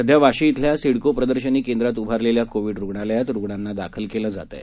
सध्या वाशी इथल्या सिडको प्रदर्शनी केंद्रात उभारलेल्या कोविड रूग्णालयात रूग्णांना दाखल केलं जात आहे